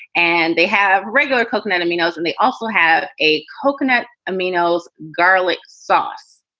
and they have regular coconut camino's and they also have a coconut camino's garlic sauce,